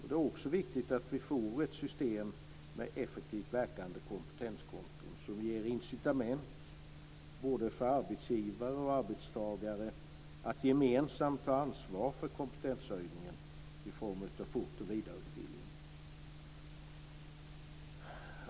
Det är också viktigt att vi får ett system med effektivt verkande kompetenskonton, som ger incitament både för arbetsgivare och arbetstagare att gemensamt ta ansvar för kompetenshöjningen i form av fort och vidareutbildning.